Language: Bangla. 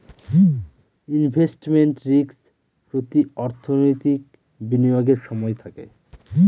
ইনভেস্টমেন্ট রিস্ক প্রতি অর্থনৈতিক বিনিয়োগের সময় থাকে